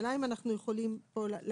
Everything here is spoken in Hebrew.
לסיכול החוב,